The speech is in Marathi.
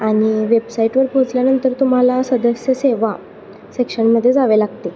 आणि वेबसाईटवर पोचल्यानंतर तुम्हाला सदस्य सेवा सेक्शनमध्ये जावे लागते